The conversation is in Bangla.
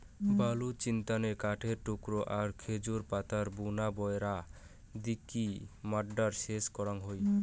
বালুচিস্তানে কাঠের টুকরা আর খেজুর পাতারে বুনা বেড়া দিকি মাড্ডা সেচ করাং হই